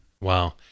Wow